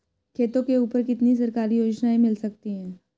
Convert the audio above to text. खेतों के ऊपर कितनी सरकारी योजनाएं मिल सकती हैं?